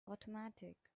automatic